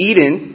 Eden